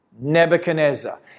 Nebuchadnezzar